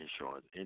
insurance